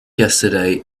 yesterday